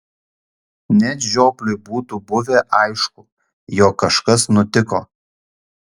net žiopliui būtų buvę aišku jog kažkas nutiko